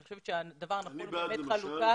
אני חושבת שהדבר הנכון הוא באמת חלוקה